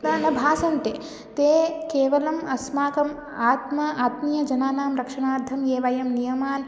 ते न भासन्ते ते केवलम् अस्माकम् आत्मनि आत्मीयजनानां रक्षणार्थं यान् वयं नियमान्